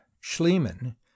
schliemann